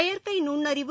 செயற்கை நுண்ணறிவு